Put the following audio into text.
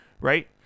right